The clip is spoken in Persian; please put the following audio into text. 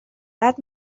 بعد